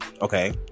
okay